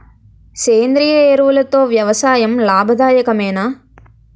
సేంద్రీయ ఎరువులతో వ్యవసాయం లాభదాయకమేనా?